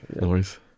noise